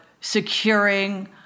securing